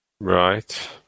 right